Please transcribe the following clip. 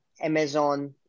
Amazon